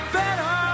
better